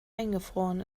eingefroren